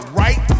right